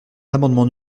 l’amendement